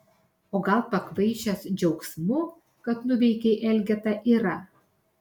o gal pakvaišęs džiaugsmu kad nuveikei elgetą irą